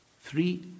Three